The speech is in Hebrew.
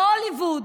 בהוליווד